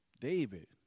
David